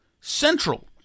central